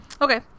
Okay